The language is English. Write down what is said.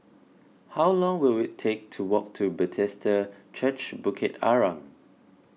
how long will it take to walk to Bethesda Church Bukit Arang